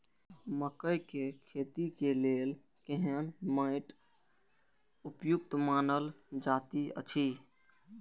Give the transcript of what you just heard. मकैय के खेती के लेल केहन मैट उपयुक्त मानल जाति अछि?